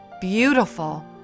beautiful